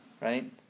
right